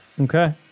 Okay